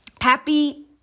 Happy